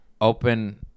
Open